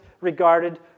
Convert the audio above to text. regarded